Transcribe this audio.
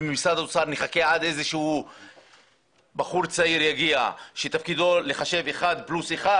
ומשרד האוצר יחכה שבחור צעיר יגיע שתפקידו לחשב 1+1